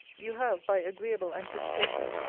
you have, by agreeable anticipation,